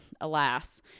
alas